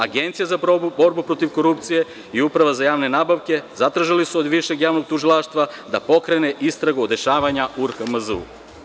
Agencija za borbu protiv korupcije i uprava za javne nabavke zatražili su od Višeg javnog tužilaštva da pokrene istragu o dešavanjima u RHMZ-u.